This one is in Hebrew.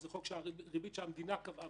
שזה ריבית שהמדינה קבעה,